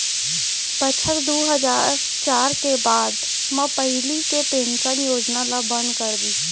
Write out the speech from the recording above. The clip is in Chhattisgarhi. बछर दू हजार चार के बाद म पहिली के पेंसन योजना ल बंद कर दिस